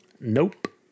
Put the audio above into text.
Nope